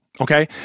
Okay